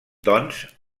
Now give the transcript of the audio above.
doncs